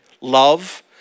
love